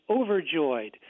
overjoyed